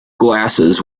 glasses